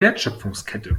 wertschöpfungskette